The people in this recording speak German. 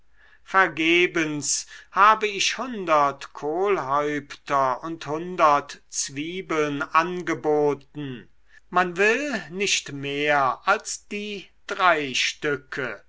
vergebens habe ich hundert kohlhäupter und hundert zwiebeln angeboten man will nicht mehr als die drei stücke